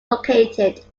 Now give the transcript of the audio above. located